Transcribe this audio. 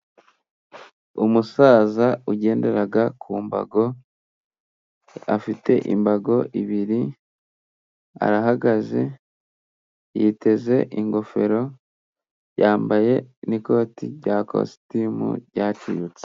Umusaza ugendera ku mbago afite imbago ebyiri arahagaze yiteze ingofero yambaye n'ikoti rya kositimu ryacuyutse.